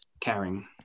caring